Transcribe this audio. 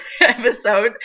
episode